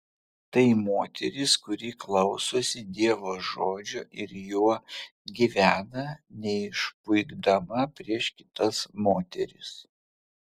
tai moteris kuri klausosi dievo žodžio ir juo gyvena neišpuikdama prieš kitas moteris